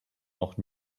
noch